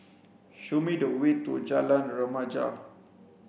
show me the way to Jalan Remaja